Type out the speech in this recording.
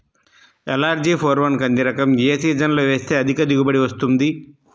LRG four one కంది రకం ఏ సీజన్లో వేస్తె అధిక దిగుబడి వస్తుంది?